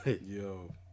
Yo